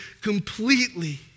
completely